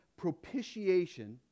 propitiation